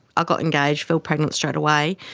got engaged, fell pregnant straight away,